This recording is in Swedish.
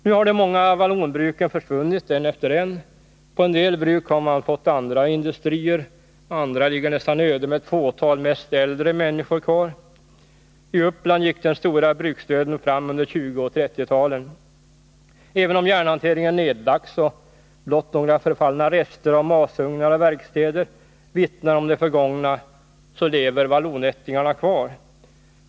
Nu har de många vallonbruken försvunnit ett efter ett. På en del bruk har man fått andra industrier, andra ligger nästan öde med ett fåtal, mest äldre människor kvar. I Uppland gick den stora bruksdöden fram under 1920 och 1930-talen. Även om järnhanteringen nedlagts och blott några förfallna rester av masugnar och verkstäder vittnar om det förgångna, så lever vallonättlingar kvar.